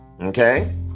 Okay